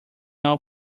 all